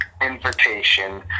invitation